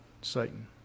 Satan